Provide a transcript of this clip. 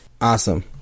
Awesome